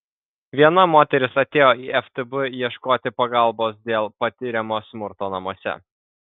viena moteris atėjo į ftb ieškoti pagalbos dėl patiriamo smurto namuose